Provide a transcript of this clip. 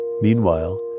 Meanwhile